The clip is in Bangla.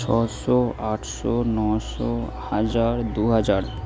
ছশো আটশো নশো হাজার দুহাজার